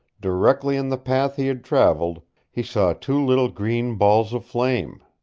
directly in the path he had traveled, he saw two little green balls of flame!